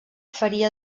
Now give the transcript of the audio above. faria